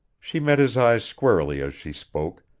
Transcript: she met his eyes squarely as she spoke,